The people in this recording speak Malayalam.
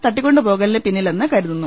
തട്ടി ക്കൊണ്ടുപോകലിന് പിന്നിലെന്ന് കരുതുന്നു